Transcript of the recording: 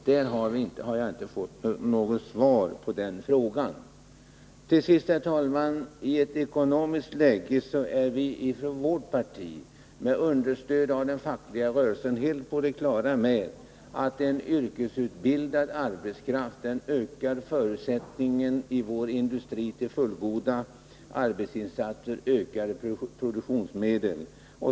Den frågan har jag inte fått något svar på. Till sist, herr talman: I dagens ekonomiska läge är vårt parti, med stöd av den fackliga rörelsen, helt på det klara med att en yrkesutbildad arbetskraft ökar förutsättningen i vår industri till fullgoda arbetsinsatser och ökad produktion.